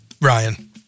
Ryan